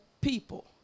people